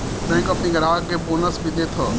bank अपनी ग्राहक के बोनस भी देत हअ